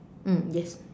mm yes